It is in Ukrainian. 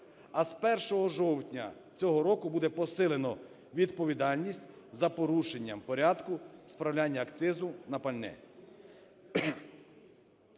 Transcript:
а з 1 жовтня цього року буде посилено відповідальність за порушення порядку справляння акцизу на пальне.